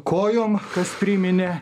kojom kas priminė